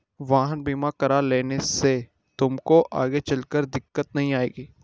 वाहन बीमा करा लेने से तुमको आगे चलकर दिक्कत नहीं आएगी